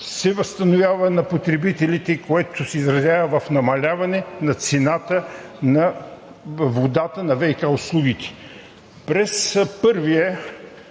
се възстановява на потребителите, което се изразява в намаляване на цената на водата на ВиК услугите. През първия